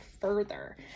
further